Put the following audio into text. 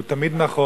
הוא תמיד נכון,